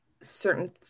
certain